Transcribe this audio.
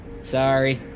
Sorry